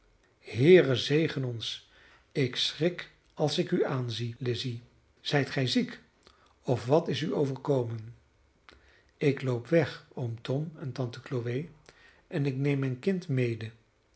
heere zegen ons ik schrik als ik u aanzie lizzy zijt gij ziek of wat is u overkomen ik loop weg oom tom en tante chloe en ik neem mijn kind mede